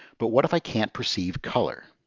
but what if i can't perceive color?